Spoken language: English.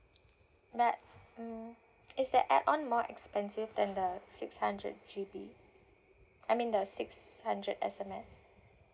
but mm is the add on more expensive than the six hundred G_B I mean the six hundred S_M_S